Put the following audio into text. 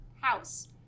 house